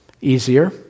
Easier